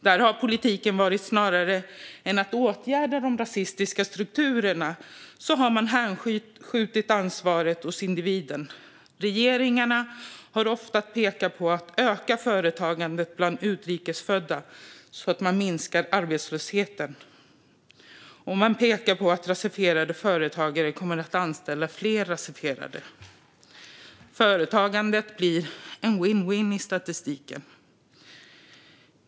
Där har man i politiken snarare än att åtgärda de rasistiska strukturerna hänskjutit ansvaret till individen. Regeringarna har ofta pekat på att man ska öka företagandet bland utrikes födda så att man minskar arbetslösheten. Man pekar på att rasifierade företagare kommer att anställa fler rasifierade. Företagandet blir en vinn-vinnsituation i statistiken.